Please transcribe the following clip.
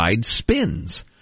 spins